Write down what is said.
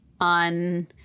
on